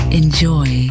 enjoy